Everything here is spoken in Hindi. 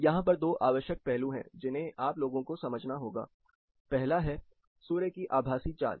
यहां पर दो आवश्यक पहलू हैं जिन्हें आप लोगों को समझना होगा पहला है सूर्य की आभासी चाल